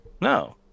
No